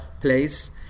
place